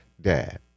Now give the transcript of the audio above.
Dad